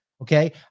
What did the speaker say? Okay